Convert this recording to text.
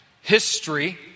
history